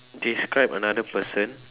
describe another person